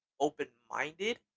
open-minded